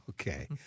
Okay